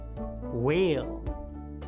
whale